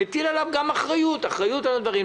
מטיל עליו גם אחריות על הדברים.